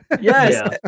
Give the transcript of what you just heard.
yes